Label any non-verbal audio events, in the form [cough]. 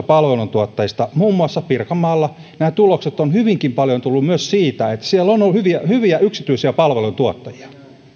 [unintelligible] palveluntuottajista muun muassa pirkanmaalla nämä tulokset ovat hyvinkin paljon tulleet myös siitä että siellä on on ollut hyviä yksityisiä palveluntuottajia minua